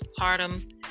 postpartum